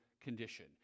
condition